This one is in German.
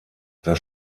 das